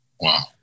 Wow